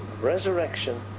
resurrection